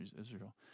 Israel